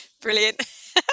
Brilliant